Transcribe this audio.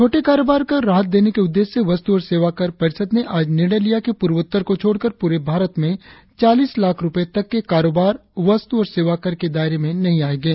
छोटे कारोबार को राहत देने के उद्देश्य से वस्तु और सेवाकर परिषद ने आज निर्णय लिया कि पूर्वोत्तर को छोड़कर पूरे भारत में चालीस लाख रुपये तक के कारोबार वस्तु और सेवाकर के दायरे में नहीं आयेंगे